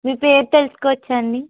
మీ పేరు తెలుసుకోవచ్చా అండి